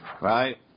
right